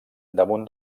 damunt